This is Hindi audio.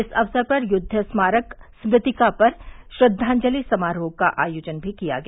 इस अवसर पर युद्ध स्मारक स्मृतिका पर श्रद्दाजलि समारोह का भी आयोजन किया गया